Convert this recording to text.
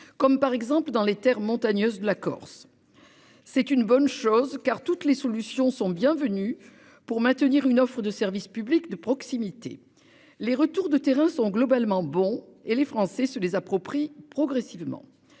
comme par exemple dans les Terres montagneuses de la Corse. C'est une bonne chose car toutes les solutions sont bienvenues pour maintenir une offre de services publics de proximité. Les retours de terrain sont globalement bons, et les Français se les approprient progressivement.